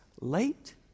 late